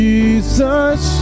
Jesus